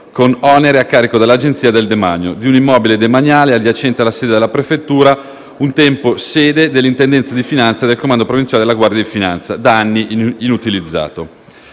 con oneri a carico dell'Agenzia del demanio, di un immobile demaniale, adiacente alla sede della prefettura, un tempo sede dell'Intendenza di finanza e del Comando provinciale della Guardia di finanza, da anni inutilizzato.